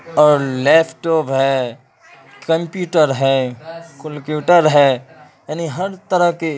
اور لیپٹوپ ہےکمپیٹر ہے ہے یعنی ہر طرح کے